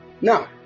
Now